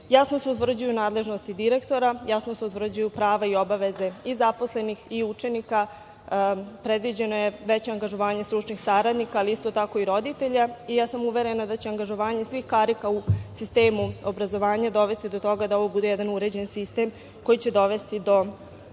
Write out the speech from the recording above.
Jasno se utvrđuju nadležnosti direktora, jasno se utvrđuju prava i obaveze i zaposlenih i učenika, predviđano je veće angažovanje stručnih saradnika, ali isto tako i roditelja i uverena sam da će angažovanje svih karika u sistemu obrazovanja dovesti do toga da ovo bude jedna uređen sistem koji će dovesti do